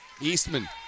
Eastman